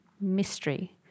...mystery